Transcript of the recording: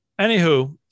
Anywho